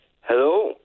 Hello